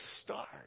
start